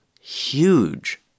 huge